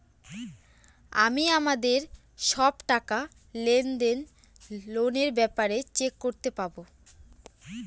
আমি আমাদের সব টাকা, লেনদেন, লোনের ব্যাপারে চেক করতে পাবো